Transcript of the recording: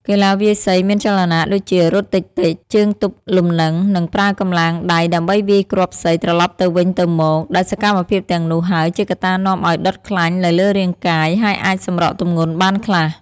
កីឡាវាយសីមានចលនាដូចជា រត់តិចៗ ជើងទប់លំនឹង និងប្រើកម្លាំងដៃដើម្បីវាយគ្រាប់សីត្រឡប់ទៅវិញទៅមក ដែលសកម្មភាពទាំងនោះហើយ ជាកត្តានាំឱ្យដុតខ្លាញ់នៅលើរាងកាយ ហើយអាចសម្រកទម្ងន់បានខ្លះ។